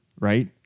right